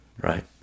Right